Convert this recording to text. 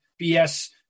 BS